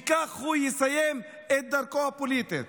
וכך הוא יסיים את דרכו הפוליטית.